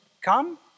come